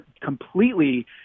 completely